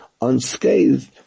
unscathed